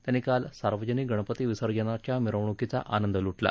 त्यांनी काल सार्वजनिक गणपती विसर्जनाच्या मिरवणुकीचा आनंद लुटला